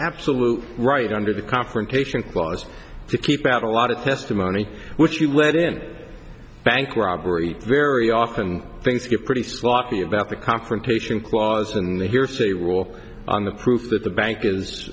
absolute right under the confrontation clause to keep out a lot of testimony which you let in bank robbery very often things get pretty sloppy about the confrontation clause and the hearsay rule on the proof that the bank is